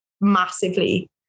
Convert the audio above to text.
massively